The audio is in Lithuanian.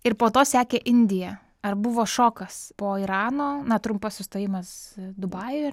ir po to sekė indija ar buvo šokas po irano na trumpas sustojimas dubajuj